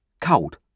cold